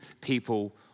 people